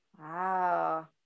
Wow